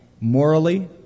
morally